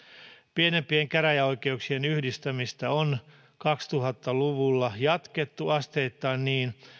pienempien käräjäoikeuksien yhdistämistä on kaksituhatta luvulla jatkettu asteittain niin